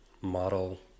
model